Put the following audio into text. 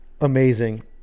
amazing